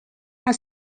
are